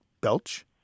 belch